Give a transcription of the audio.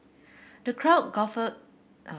the crowd guffawed